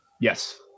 Yes